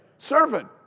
Servant